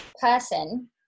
person